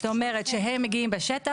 זאת אומרת שהם מגיעים בשטח,